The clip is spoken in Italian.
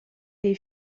dei